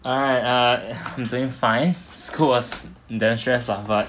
right I am doing fine school was damn stress lah but